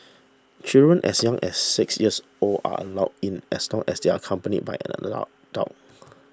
children as young as six years old are allowed in as long as they are accompanied by an allow